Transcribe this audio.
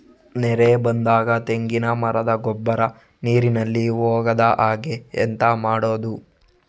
ನೆರೆ ಬಂದಾಗ ತೆಂಗಿನ ಮರದ ಗೊಬ್ಬರ ನೀರಿನಲ್ಲಿ ಹೋಗದ ಹಾಗೆ ಎಂತ ಮಾಡೋದು?